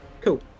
Cool